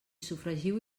sofregiu